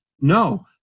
No